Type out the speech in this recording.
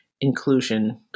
inclusion